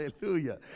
hallelujah